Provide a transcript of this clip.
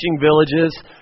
villages